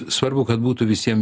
svarbu kad būtų visiem